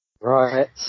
Right